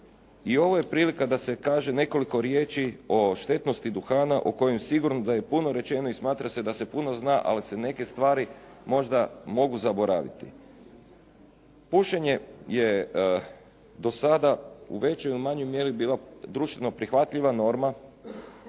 i ovo je prilika da se kaže nekoliko riječi o štetnosti duhana o kojim sigurno da je puno rečeno i smatra se da se puno zna, ali se neke stvari možda mogu zaboraviti. Pušenje je do sada, u većoj ili manjoj mjeri, bila društveno prihvatljiva norma,